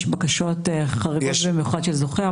יש בקשות חריגות במיוחד של זוכה,